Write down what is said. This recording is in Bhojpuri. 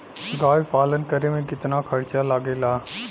गाय पालन करे में कितना खर्चा लगेला?